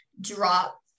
drop